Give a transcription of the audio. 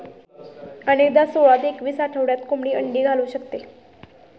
अनेकदा सोळा ते एकवीस आठवड्यात कोंबडी अंडी घालू शकते